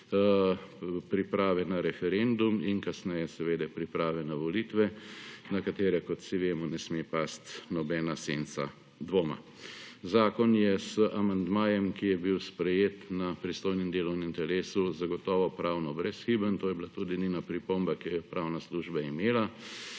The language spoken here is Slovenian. Priprave na referendum in kasneje seveda priprave na volitve, na katere, kot vsi vemo, ne sme pasti nobena senca dvoma. Zakon je z amandmajem, ki je bil sprejet na pristojnem delovnem telesu zagotovo pravno brezhiben. To je bila tudi edina pripomba, ki jo je pravna služba imela.